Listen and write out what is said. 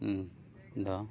ᱤᱧ ᱫᱚ